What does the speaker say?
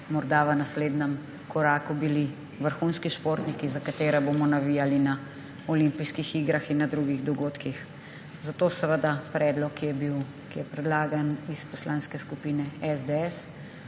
morda v naslednjem koraku vrhunski športniki, za katere bomo navijali na olimpijskih igrah in na drugih dogodkih. Predlog, ki je predlagan iz Poslanske skupine SDS,